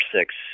six